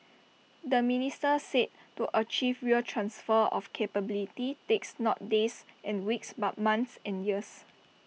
the minister said to achieve real transfer of capability takes not days and weeks but months and years